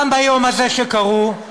גם ביום הזה, שקרו,